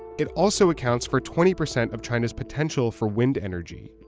it also accounts for twenty percent of china's potential for wind energy.